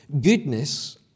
Goodness